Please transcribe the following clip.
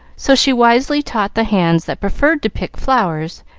so she wisely taught the hands that preferred to pick flowers,